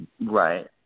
Right